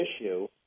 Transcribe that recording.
issue